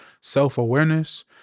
self-awareness